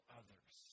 others